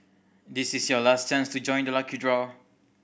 this is your last chance to join the lucky draw